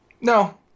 No